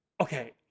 Okay